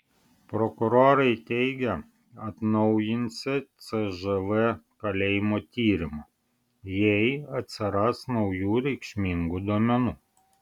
prokurorai teigia atnaujinsią cžv kalėjimo tyrimą jei atsiras naujų reikšmingų duomenų